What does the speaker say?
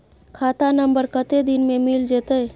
खाता नंबर कत्ते दिन मे मिल जेतै?